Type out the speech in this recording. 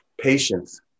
patience